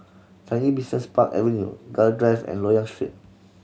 Changi Business Park Avenue Gul Drive and Loyang Street